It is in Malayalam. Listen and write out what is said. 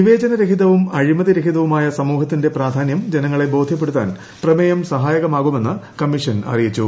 വിവേചന രഹിതവും അഴിമതി രഹിതവുമായ സമൂഹത്തിന്റെ പ്രാധാന്യം ജനങ്ങളെ ബോധ്യപ്പെടുത്താൻ പ്രമേയം സഹായകമാകുമെന്ന് കമ്മീഷൻ അറിയിച്ചു